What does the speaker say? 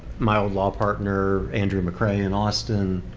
my old law partner, andrew mccray in austin